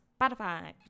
Spotify